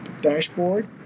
dashboard